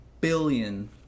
billion